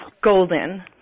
golden